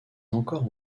encore